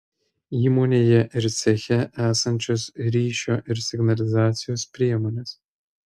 įmonėje ir ceche esančios ryšio ir signalizacijos priemonės